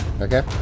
Okay